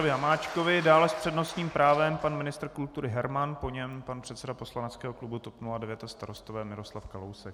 Dále s přednostním právem pan ministr kultury Herman, po něm pan předseda poslaneckého klubu TOP 09 a Starostové Miroslav Kalousek.